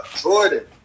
Jordan